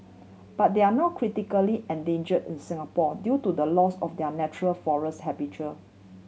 but they are now critically endanger in Singapore due to the loss of their natural forest habitat